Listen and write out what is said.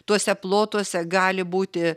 tuose plotuose gali būti